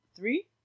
Three